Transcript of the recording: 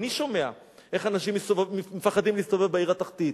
אני שומע איך אנשים מפחדים להסתובב בעיר התחתית.